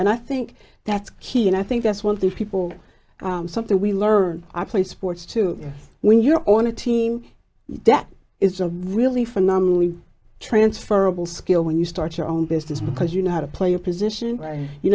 and i think that's key and i think that's one thing people something we learn i play sports too when you're on a team that is a really phenomenally transferable skill when you start your own business because you know how to play a position